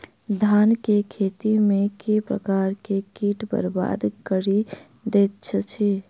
धान केँ खेती मे केँ प्रकार केँ कीट बरबाद कड़ी दैत अछि?